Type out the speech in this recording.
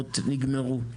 האדמות נגמרו.